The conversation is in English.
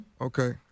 Okay